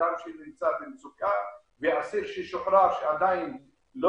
אדם שנמצא במצוקה ואסיר ששוחרר שעדיין לא